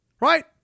Right